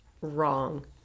wrong